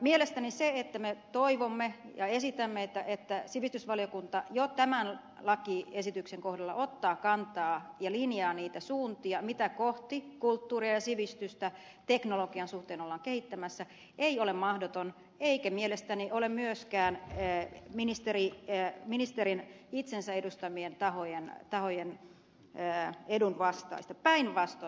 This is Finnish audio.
mielestäni se että me toivomme ja esitämme että sivistysvaliokunta jo tämän lakiesityksen kohdalla ottaa kantaa ja linjaa niitä suuntia mitä kohti kulttuuria ja sivistystä teknologian suhteen ollaan kehittämässä ei ole mahdoton asia eikä mielestäni ole myöskään ministerin itsensä edustamien tahojen edun vastaista päinvastoin